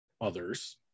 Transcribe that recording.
others